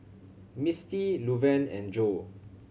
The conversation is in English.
Misti Luverne and Joe